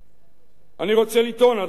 אני רוצה לטעון, אדוני היושב-ראש,